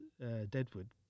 Deadwood